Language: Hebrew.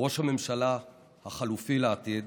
וכראש הממשלה החלופי לעתיד